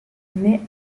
mai